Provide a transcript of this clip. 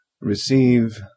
receive